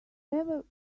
never